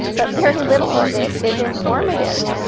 but very little of it is informative.